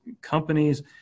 companies